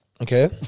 Okay